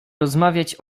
rozmawiać